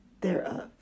thereof